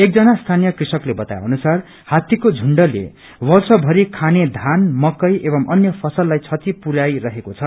एकजना सीनीय कृषकले बताए अनुसार हात्तीको झुण्डले हाम्रो वर्षभरी खाने धान मकै एवं अन्य फसललाई क्षति पुरयाईरहेको छ